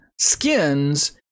skins